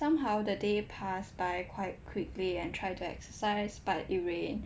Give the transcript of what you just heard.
somehow the day passed by quite quickly and tried to exercise but it rained